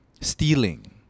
stealing